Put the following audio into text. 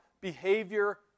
behavior